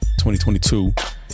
2022